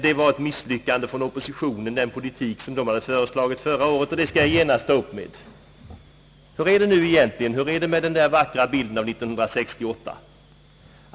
Den politik som oppositionen hade föreslagit förra året skulle ha inneburit ett misslyckande, sade statsministern. Det påståendet skall jag genast ta upp till behandling. Hur är det egentligen med den där vackra bilden av år 1968?